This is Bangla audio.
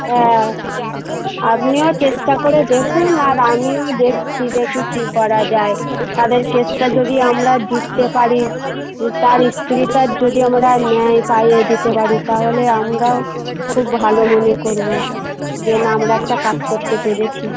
হ্যাঁ আপনিও চেষ্টা করে দেখুন আর আমিও দেখছি দেখি কী করা যায় তাদের কেসটা যদি আমরা জিততে পারি তার স্ত্রীটার যদি আমরা ন্যায় পাইয়ে দিতে পারি তাহলে আমরাও খুব ভালো মনে করব যে না আমরা একটা কাজ করতে পেরেছি